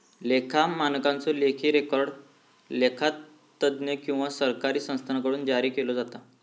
लेखा मानकांचो लेखी रेकॉर्ड लेखा तज्ञ किंवा सरकारी संस्थांकडुन जारी केलो जाता